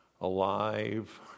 alive